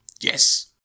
Yes